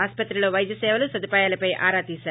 ఆస్పత్రిలో వైద్య సేవలు సదుపాయాలపై ఆరా తీశారు